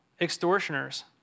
extortioners